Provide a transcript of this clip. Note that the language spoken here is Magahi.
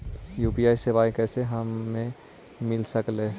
यु.पी.आई सेवाएं कैसे हमें मिल सकले से?